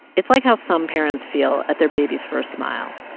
it's like how some parents feel at their baby's first smile.